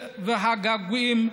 והגעגועים,